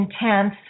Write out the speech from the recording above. intense